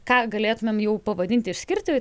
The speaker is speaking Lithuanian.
ką galėtumėm jau pavadinti išskirti